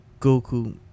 Goku